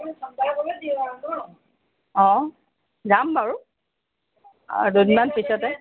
অ' যাম বাৰু দুদিনমান পিছতে